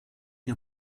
ihr